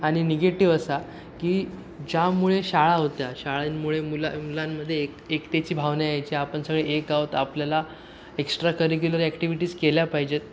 आणि निगेटिव असा की ज्यामुळे शाळा होत्या शाळेमुळे मुला मुलांमध्ये एक एकतेची भावना यायची आपण सगळे एक आहोत आपल्याला एक्स्ट्रा करिक्युलर ॲक्टिव्हिटीज केल्या पाहिजेत